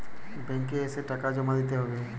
Bank এ এসে টাকা জমা দিতে হবে?